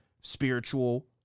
spiritual